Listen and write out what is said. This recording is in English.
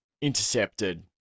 intercepted